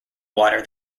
water